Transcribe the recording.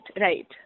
right